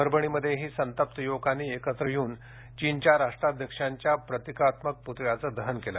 परभणीमध्येही संतप्त युवकांनी एकत्र येवून चीनच्या राष्ट्राध्यक्षांच्या प्रतीकात्मक प्तळ्याचे दहन केले